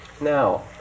Now